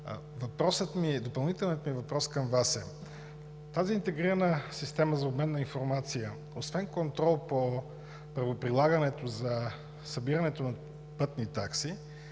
април. Допълнителният ми въпрос към Вас е: тази интегрирана система за обмен на информация освен контрол по правоприлагането за събирането на пътни такси